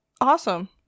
Awesome